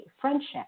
friendship